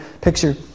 picture